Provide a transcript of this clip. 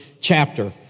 chapter